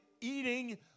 eating